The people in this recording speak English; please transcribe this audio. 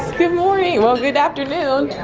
good morning. well good afternoon.